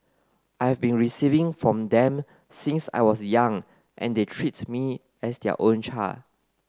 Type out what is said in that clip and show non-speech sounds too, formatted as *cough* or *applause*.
I have been receiving from them since I was young and they treat me as their own *unintelligible*